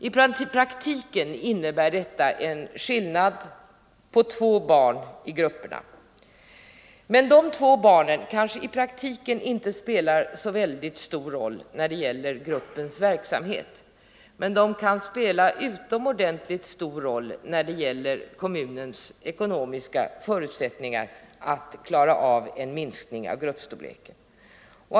I praktiken innebär detta en skillnad på två barn i grupperna. De två barnen kanske i praktiken inte spelar så oerhört stor roll när det gäller gruppens verksamhet men kan ha en utomordentligt stor betydelse för kommunens ekonomiska förutsättningar att klara av en minskning av gruppstorleken.